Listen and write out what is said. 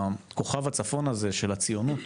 שהכוכב הצפון הזה של הציונות,